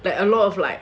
there's a lot of like